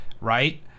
right